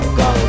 go